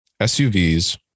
SUVs